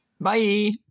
Bye